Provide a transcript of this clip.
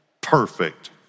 perfect